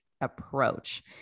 approach